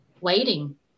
waiting